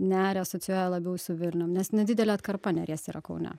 nerį asocijuoja labiau su vilnium nes nedidelė atkarpa neries yra kaune